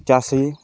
ଚାଷୀ